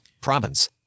province